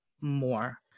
more